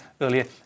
earlier